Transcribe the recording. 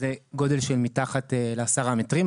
שזה גודל של מתחת ל-10 מטרים.